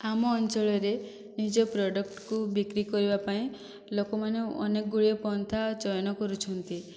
ଆମ ଅଞ୍ଚଳରେ ନିଜ ପ୍ରଡ଼କ୍ଟକୁ ବିକ୍ରି କରିବା ପାଇଁ ଲୋକମାନେ ଅନେକ ଗୁଡ଼ିଏ ପନ୍ଥା ଚୟନ କରୁଛନ୍ତି